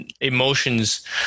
emotions